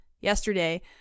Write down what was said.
Yesterday